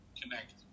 connect